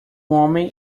homem